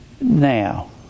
Now